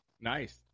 Nice